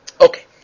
Okay